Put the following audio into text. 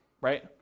right